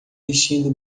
vestindo